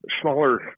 smaller